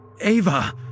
Ava